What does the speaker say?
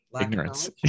ignorance